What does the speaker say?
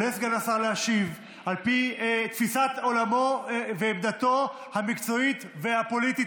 עולה סגן השר להשיב על פי תפיסת עולמו ועמדתו המקצועית והפוליטית,